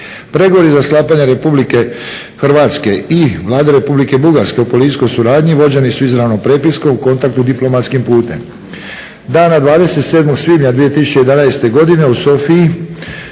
Pregovori za sklapanje RH i Vlade Republike Bugarske o policijskoj suradnji vođeni su izravnom prepiskom u kontaktu diplomatskim putem. Dana 27. svibnja 2011. godine u Sofiji